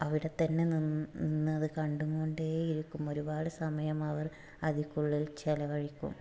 അവിടെതന്നെ നിന്ന് നിന്നത് കണ്ടും കൊണ്ടേ ഇരിക്കും ഒരുപാട് സമയം അവർ അതിക്കുള്ളിൽ ചിലവഴിക്കും